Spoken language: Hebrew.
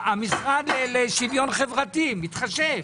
המשרד לשוויון חברתי מתחשב.